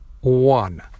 one